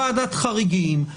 ועדת חריגים,